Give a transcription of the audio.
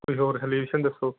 ਕੋਈ ਹੋਰ ਸਲਿਊਸ਼ਨ ਦੱਸੋ